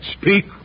speak